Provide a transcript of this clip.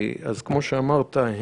אז כמו שאמרת,